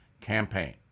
campaign